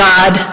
God